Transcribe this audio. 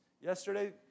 Yesterday